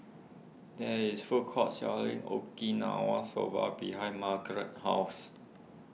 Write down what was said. there is food court selling Okinawa Soba behind Margretta's house